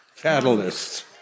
catalysts